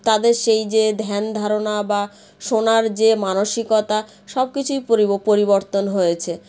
তাদের সেই যে ধ্যান ধারণা বা শোনার যে মানসিকতা সব কিছুই পরিবর্তন হয়েছে